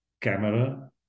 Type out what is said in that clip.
camera